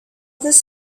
this